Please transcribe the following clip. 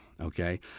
okay